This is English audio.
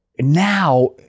Now